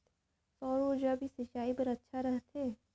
सौर ऊर्जा भी सिंचाई बर अच्छा रहथे?